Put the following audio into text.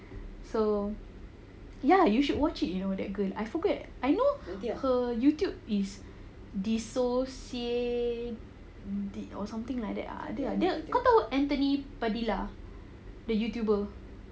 so ya you should watch it you know ah that girl I forget I know her YouTube is dissociate did or something like that kau tahu anthony padilla the YouTuber